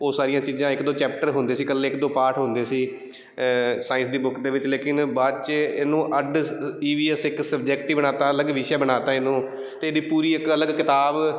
ਉਹ ਸਾਰੀਆਂ ਚੀਜ਼ਾਂ ਇੱਕ ਦੋ ਚੈਪਟਰ ਹੁੰਦੇ ਸੀ ਇਕੱਲੇ ਇੱਕ ਦੋ ਪਾਰਟ ਹੁੰਦੇ ਸੀ ਸਾਇੰਸ ਦੀ ਬੁੱਕ ਦੇ ਵਿੱਚ ਲੇਕਿਨ ਬਾਅਦ 'ਚ ਇਹਨੂੰ ਅੱਡ ਈ ਵੀ ਐਸ ਇੱਕ ਸਬਜੈਕਟ ਹੀ ਬਣਾ ਦਿੱਤਾ ਅਲੱਗ ਵਿਸ਼ਾ ਬਣਾ ਦਿੱਤਾ ਇਹਨੂੰ ਅਤੇ ਇਹਦੀ ਪੂਰੀ ਇੱਕ ਅਲੱਗ ਕਿਤਾਬ